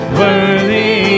worthy